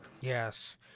Yes